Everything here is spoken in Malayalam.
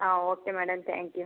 ആ ഓക്കെ മേഡം താങ്ക് യൂ